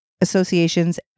associations